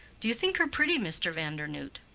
do you think her pretty, mr. vandernoodt?